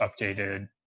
updated